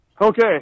Okay